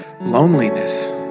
loneliness